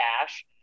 cash